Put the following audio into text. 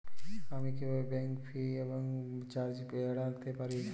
আমি কিভাবে bank fee এবং চার্জ এড়াতে পারি?